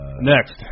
Next